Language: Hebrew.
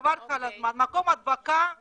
חבל לך על הזמן, מקום הדבקה פר-אקסלנס.